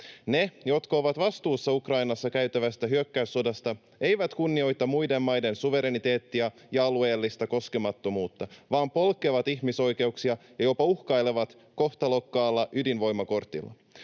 Ne, jotka ovat vastuussa Ukrainassa käytävästä hyökkäyssodasta, eivät kunnioita muiden maiden suvereniteettia ja alueellista koskemattomuutta, vaan polkevat ihmisoikeuksia ja jopa uhkailevat kohtalokkaalla ydinvoimakortilla.